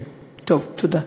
טוב, תודה.